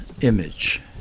image